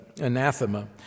anathema